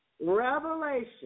Revelation